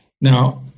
Now